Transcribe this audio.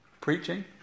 Preaching